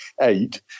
eight